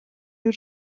y’u